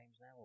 now